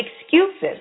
excuses